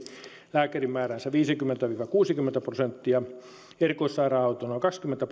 lääkärimääräänsä viisikymmentä viiva kuusikymmentä prosenttia erikoissairaanhoito noin kaksikymmentä